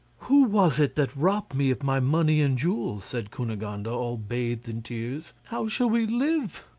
who was it that robbed me of my money and jewels? said cunegonde, and all bathed in tears. how shall we live?